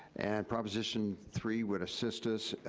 and proposition three would assist us,